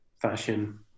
fashion